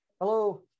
Hello